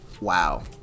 wow